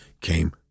came